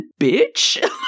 bitch